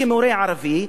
כמורה ערבי,